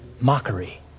mockery